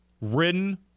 written